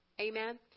Amen